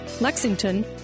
Lexington